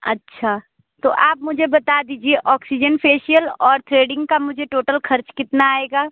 अच्छा तो आप मुझे बता दीजिए ऑक्सीजन फेशियल और थ्रेडिंग का मुझे टोटल खर्च कितना आएगा